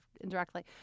indirectly